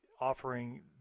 offering